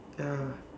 ya